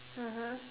(uh huh)